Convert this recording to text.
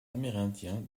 amérindiens